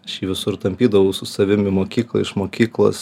aš jį visur tampydavau su savim į mokyklą iš mokyklos